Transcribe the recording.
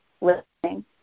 listening